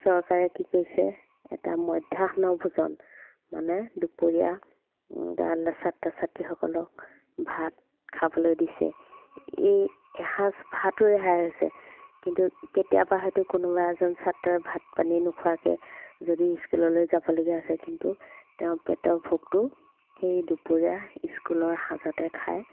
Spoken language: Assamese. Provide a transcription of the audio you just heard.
চৰকাৰে কি কৰিছে এটা মধ্যাহ্ন ভোজন মানে দুপৰীয়া ছাত্ৰ ছাত্ৰীসকলক ভাত খাবলৈ দিছে এই এসাঁজ ভাতো ৰেহাই হৈছে কিন্তু কেতিয়াবা হয়তো কোনোবা এজন ছাত্ৰই ভাত পানী নোখোৱাকৈ যদি স্কুললৈ যাবলগীয়া আছে কিন্তু তেওঁ পেটৰ ভোকটো সেই দুপৰীয়া স্কুলৰ সাজতে খায়